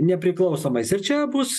nepriklausomais ir čia bus